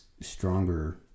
stronger